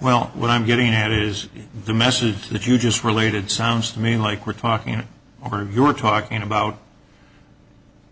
well what i'm getting at is the message that you just related sounds to me like we're talking or are you're talking about